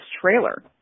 trailer